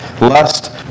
lust